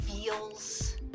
Feels